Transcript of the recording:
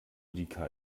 die